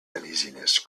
uneasiness